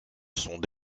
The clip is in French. sont